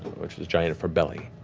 which is giant for belly.